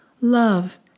Love